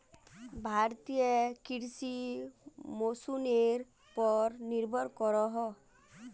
भारतीय कृषि मोंसूनेर पोर निर्भर करोहो